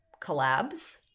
collabs